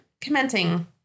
Commenting